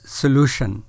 solution